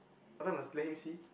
I thought must let him see